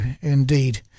indeed